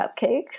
cupcakes